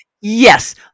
Yes